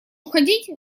уходить